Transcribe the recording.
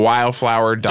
Wildflower